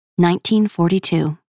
1942